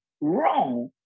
wrong